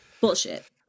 Bullshit